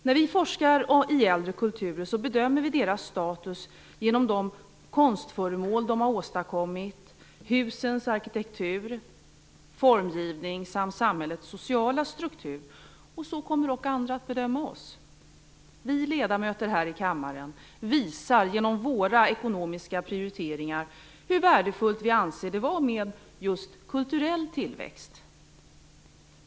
När vi forskar om äldre kulturer bedömer vi deras status genom de konstföremål som har åstadkommits, husens arkitektur, formgivning samt samhällets sociala struktur. Så kommer också andra att bedöma oss. Vi ledamöter här i kammaren visar genom våra ekonomiska prioriteringar hur värdefullt vi anser det vara med just kulturell tillväxt.